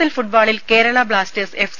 L ഫുട്ബോളിൽ Kerala Blasters F